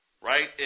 right